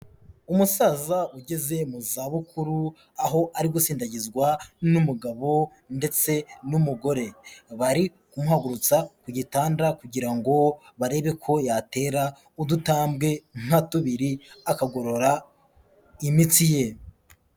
Umusaza ugeze mu za bukuru aho ari gusindagizwa n'umugabo ndetse n'umugore bari kumuhagurutsa ku gitanda kugira ngo barebe ko yatera udutambwe nka tubiri akagorora imitsi ye.